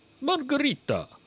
Margarita